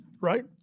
Right